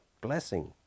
Blessing